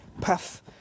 path